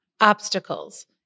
obstacles